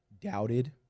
doubted